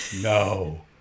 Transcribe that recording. no